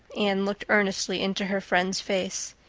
anne looked earnestly into her friend's face.